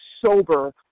sober